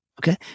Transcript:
okay